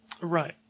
Right